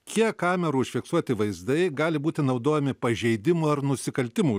kiek kamerų užfiksuoti vaizdai gali būti naudojami pažeidimų ar nusikaltimų